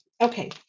okay